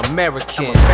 American